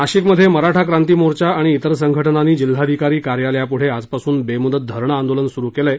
नाशिकमधे मराठा क्रांती मोर्चा आणि इतर संघटनांनी जिल्हाधिकारी कार्यालयापुढं आजपासून बेमुदत धरणं आंदोलन सुरु केलं आहे